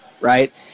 Right